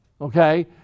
okay